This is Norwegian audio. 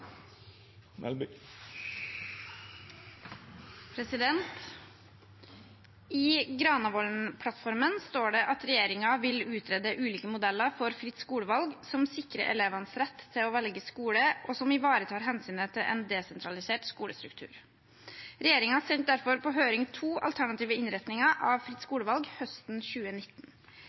I Granavolden-plattformen står det at regjeringen vil «utrede ulike modeller for fritt skolevalg som sikrer elevenes rett til å velge skole og som ivaretar hensynet til en desentralisert skolestruktur». Regjeringen sendte derfor på høring to alternative innretninger av fritt skolevalg høsten 2019.